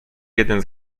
jeden